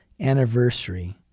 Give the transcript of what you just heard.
anniversary